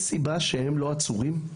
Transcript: יש סיבה שהם לא עצורים?